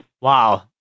Wow